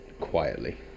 quietly